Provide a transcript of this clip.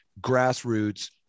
grassroots